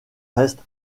reste